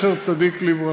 זכר צדיק לברכה.